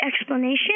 explanation